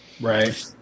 Right